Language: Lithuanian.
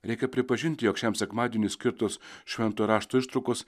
reikia pripažinti jog šiam sekmadieniui skirtos šventojo rašto ištraukos